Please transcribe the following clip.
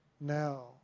now